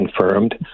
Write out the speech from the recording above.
confirmed